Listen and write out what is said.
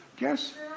Yes